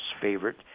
favorite